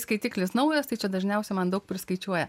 skaitiklis naujas tai čia dažniausiai man daug priskaičiuoja